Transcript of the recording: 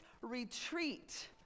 retreat